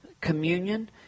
communion